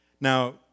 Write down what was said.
Now